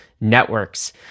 networks